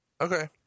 Okay